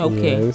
Okay